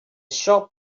shop